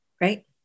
right